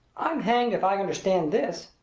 i'm hanged if i understand this!